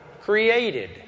created